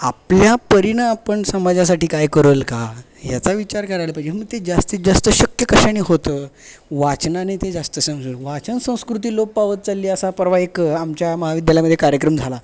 आपल्या परीने आपण समाजासाठी काय कराल का याचा विचार करायला पाहिजे मग ते जास्तीत जास्त शक्य कशाने होतं वाचनाने ते जास्त समजून वाचन संस्कृती लोप पावत चालली असा परवा एक आमच्या महाविद्यालयामधे कार्यक्रम झाला